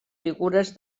figures